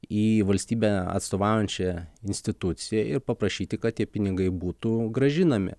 į valstybę atstovaujančią instituciją ir paprašyti kad tie pinigai būtų grąžinami